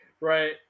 right